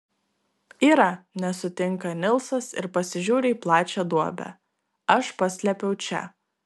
yra nesutinka nilsas ir pasižiūri į plačią duobę aš paslėpiau čia